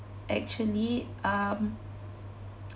actually um